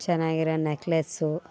ಚೆನ್ನಾಗಿರೋ ನೆಕ್ಲೇಸ್ಸು